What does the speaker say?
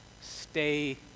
Stay